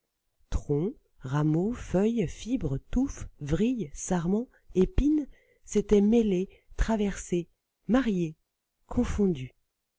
troncs rameaux feuilles fibres touffes vrilles sarments épines s'étaient mêlés traversés mariés confondus